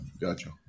gotcha